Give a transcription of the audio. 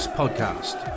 podcast